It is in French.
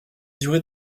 durée